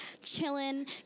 chilling